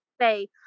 say